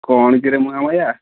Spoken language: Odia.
କ'ଣ କିରେ ମୁଁଆମାଳିଆ